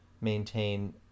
maintain